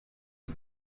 are